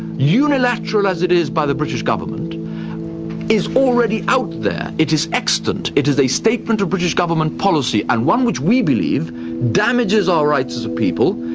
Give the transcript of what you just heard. unilateral as it is, by the british government is already out there. it is extant, it is a statement of british government policy, and one which we believe damages our rights as a people,